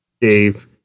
Dave